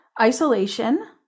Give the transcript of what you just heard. isolation